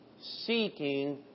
seeking